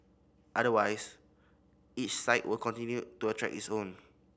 otherwise each site will continue to attract its own